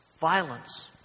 violence